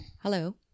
Hello